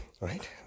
right